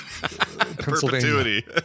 Perpetuity